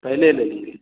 पहले ले लेंगे